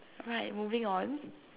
right moving on